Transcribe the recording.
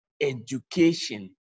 education